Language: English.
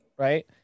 Right